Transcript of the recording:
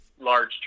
large